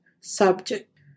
subject